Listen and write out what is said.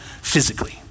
physically